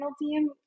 team